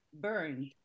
burned